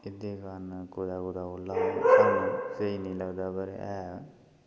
एह्दे कारण कुदै कुदै ओला सानूं स्हेईं निं लगदा पर ऐ